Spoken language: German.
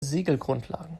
segelgrundlagen